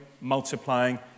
multiplying